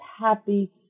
happy